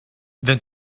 then